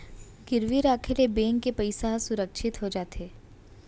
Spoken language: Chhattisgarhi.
गिरवी राखे ले बेंक के पइसा ह सुरक्छित हो जाथे